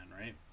right